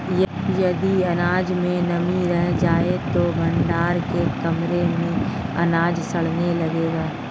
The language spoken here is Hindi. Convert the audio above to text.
यदि अनाज में नमी रह जाए तो भण्डारण के क्रम में अनाज सड़ने लगेगा